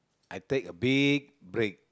I take a big break